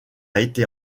été